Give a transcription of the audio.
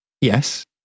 yes